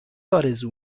آرزو